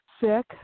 sick